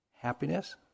Happiness